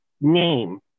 name